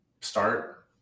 start